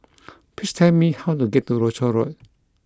please tell me how to get to Rochor Road